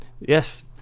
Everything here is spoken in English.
Yes